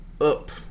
up